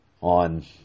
on